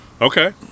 Okay